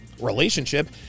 relationship